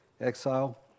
exile